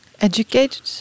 Educated